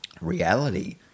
reality